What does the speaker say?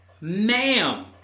ma'am